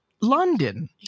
London